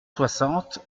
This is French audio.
soixante